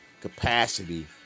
capacity